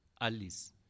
Alice